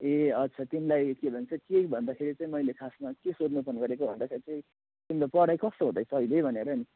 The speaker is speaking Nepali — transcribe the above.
ए अच्छा तिमलाई के भन्छ के भन्दाखेरि चाहिँ मैले खासमा के सोध्नु फोन गरेको भन्दाखेरि चाहिँ तिम्रो पढाई कस्तो हुँदैछ अहिले भनेर नि